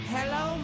Hello